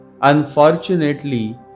Unfortunately